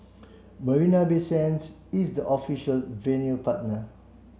Marina Bay Sands is the official venue partner